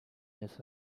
years